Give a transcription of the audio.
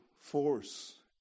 force